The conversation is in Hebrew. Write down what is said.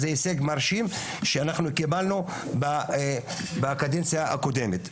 זה הישג מרשים שאנחנו קיבלנו בקדנציה הקודמת.